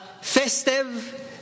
festive